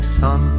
sun